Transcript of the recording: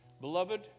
Beloved